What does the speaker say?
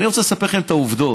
אני רוצה לספר לכם את העובדות.